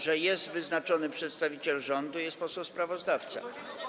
że jest wyznaczony przedstawiciel rządu i jest poseł sprawozdawca.